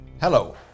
Hello